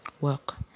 work